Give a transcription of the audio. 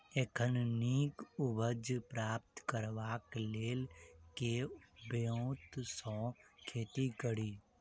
एखन नीक उपज प्राप्त करबाक लेल केँ ब्योंत सऽ खेती कड़ी?